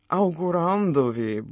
augurandovi